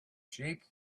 sheep